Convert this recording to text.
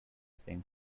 same